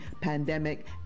pandemic